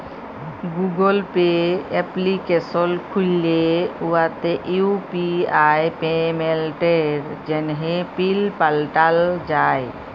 Google Pay application খ্যুলে উয়াতে UPI পেমেল্টের জ্যনহে পিল পাল্টাল যায়